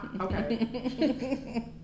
okay